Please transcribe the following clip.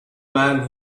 man